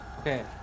Okay